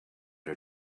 her